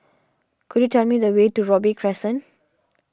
could you tell me the way to Robey Crescent